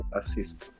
assist